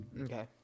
Okay